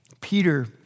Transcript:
Peter